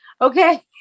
okay